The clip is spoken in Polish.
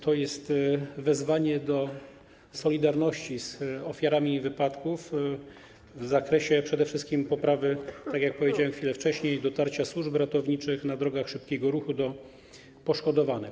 To jest wezwanie do solidarności z ofiarami wypadków w zakresie przede wszystkim poprawy, jak powiedziałem chwilę wcześniej, czasu dotarcia służb ratowniczych na drogach szybkiego ruchu do poszkodowanych.